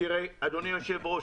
אדוני היושב ראש,